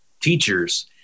teachers